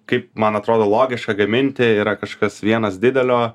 kaip man atrodo logiška gaminti yra kažkas vienas didelio